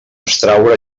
abstraure